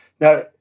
Now